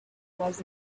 was